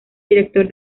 director